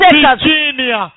Virginia